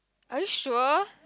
are you sure